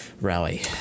Rally